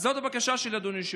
אז זאת הבקשה שלי, אדוני היושב-ראש.